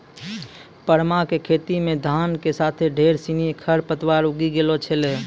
परमा कॅ खेतो मॅ धान के साथॅ ढेर सिनि खर पतवार उगी गेलो छेलै